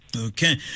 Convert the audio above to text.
Okay